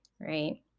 right